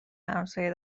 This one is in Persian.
همسایه